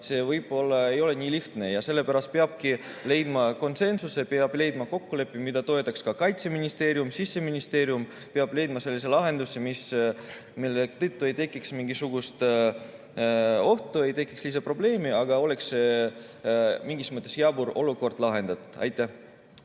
see võib-olla ei ole nii lihtne ja sellepärast peabki leidma konsensuse, peab leidma kokkuleppe, mida toetaks ka Kaitseministeerium ja Siseministeerium. Peab leidma sellise lahenduse, mille tõttu ei tekiks mingisugust ohtu, ei tekiks lisaprobleeme, aga mingis mõttes oleks jabur olukord lahendatud. Aitäh,